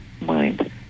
mind